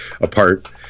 apart